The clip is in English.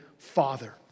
father